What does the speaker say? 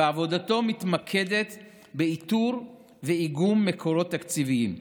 ועבודתו מתמקדת באיתור ואיגום של מקורות תקציביים,